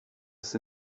ist